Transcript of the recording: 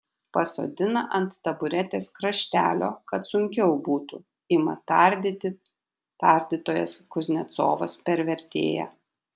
pasodina ant taburetės kraštelio kad sunkiau būtų ima tardyti tardytojas kuznecovas per vertėją